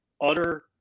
utter